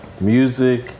music